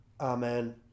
amen